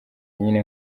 nyine